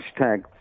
hashtag